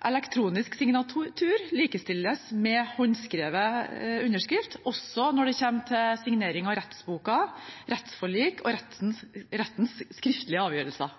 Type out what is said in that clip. Elektronisk signatur likestilles med håndskrevet underskrift, også når det kommer til signering av rettsbok, rettsforlik og rettens skriftlige avgjørelser.